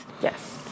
Yes